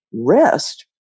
rest